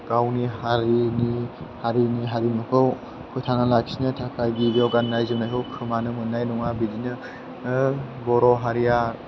गावनि हारिनि हारिनि हारिमुखौ फोथांना लाखिनो थाखाय गिबियाव गाननाय जोमनायखौ खोमानो मोननाय नङा बिदिनो बर' हारिया